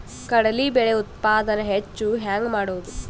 ಕಡಲಿ ಬೇಳೆ ಉತ್ಪಾದನ ಹೆಚ್ಚು ಹೆಂಗ ಮಾಡೊದು?